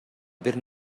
бир